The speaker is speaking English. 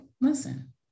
listen